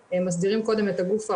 מסדירים קודם את הגוף האוכף.